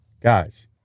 Guys